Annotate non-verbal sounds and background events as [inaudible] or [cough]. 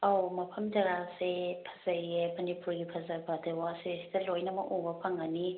ꯑꯧ ꯃꯐꯝ ꯖꯒꯥꯁꯦ ꯐꯖꯩꯌꯦ ꯃꯅꯤꯄꯨꯔꯒꯤ ꯐꯖꯕ [unintelligible] ꯁꯤꯗ ꯂꯣꯏꯅꯃꯛ ꯎꯕ ꯐꯪꯒꯅꯤ